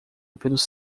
pelos